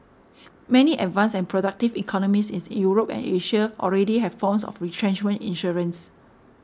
many advanced and productive economies is Europe and Asia already have forms of retrenchment insurance